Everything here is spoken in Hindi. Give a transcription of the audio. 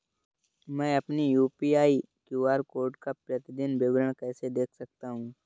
मैं अपनी यू.पी.आई क्यू.आर कोड का प्रतीदीन विवरण कैसे देख सकता हूँ?